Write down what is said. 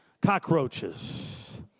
cockroaches